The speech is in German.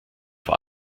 vor